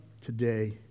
today